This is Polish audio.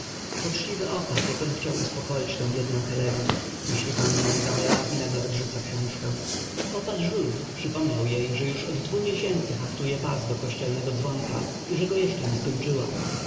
poczciwy opat jak on chciał uspokoić tę biedną helenę myśli panna izabela i nagle odrzuca książkę opat jouve przypomniał jej że już od dwu miesięcy haftuje pas do kościelnego dzwonka i że go jeszcze nie skończyła